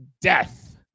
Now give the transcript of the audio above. death